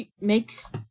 makes